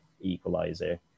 equalizer